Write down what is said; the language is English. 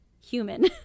human